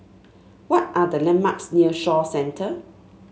what are the landmarks near Shaw Centre